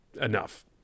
enough